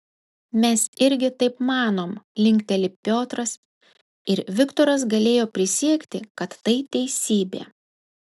mes irgi taip manom linkteli piotras ir viktoras galėjo prisiekti kad tai teisybė